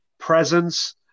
presence